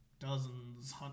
Dozens